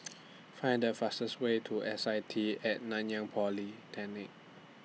Find The fastest Way to S I T At Nanyang Polytechnic